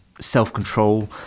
self-control